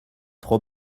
trop